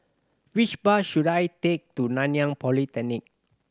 which bus should I take to Nanyang Polytechnic